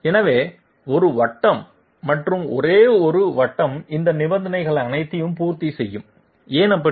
எனவே ஒரு வட்டம் மற்றும் ஒரே ஒரு வட்டம் இந்த நிபந்தனைகள் அனைத்தையும் பூர்த்தி செய்யும்ஏன் அப்படி